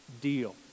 deal